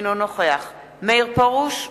אינו נוכח מאיר פרוש,